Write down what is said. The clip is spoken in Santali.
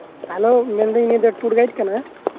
ᱦᱮᱞᱳ ᱢᱮᱱᱫᱤᱧ ᱴᱩᱨᱤᱥᱴ ᱠᱟᱱᱟ